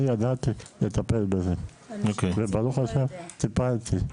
אני ידעתי לטפל בזה וברוך ה' טיפלתי,